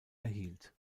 erhielt